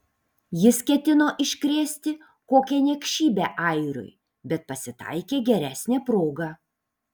jis ketino iškrėsti kokią niekšybę airiui bet pasitaikė geresnė proga